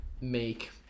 make